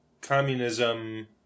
communism